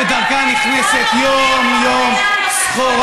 שדרכו נכנסת יום-יום סחורה,